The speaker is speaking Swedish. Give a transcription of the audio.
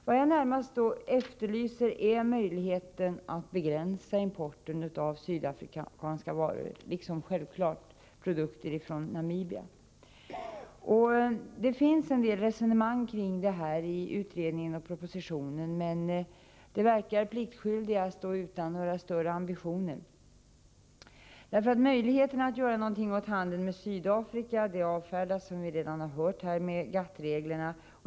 Vad jag närmast efterlyser är möjligheten att begränsa importen av sydafrikanska varor liksom självklart av produkter från Namibia. Visst finns det en del resonemang kring detta i utredningen och propositionen, men de verkar ha gjorts pliktskyldigast och utan några större ambitioner. Möjligheterna att göra något åt handeln med Sydafrika avfärdas, som vi redan har hört, med GATT-reglerna.